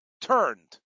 turned